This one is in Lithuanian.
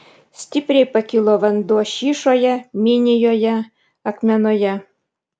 stipriai pakilo vanduo šyšoje minijoje akmenoje